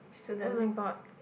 oh-my-god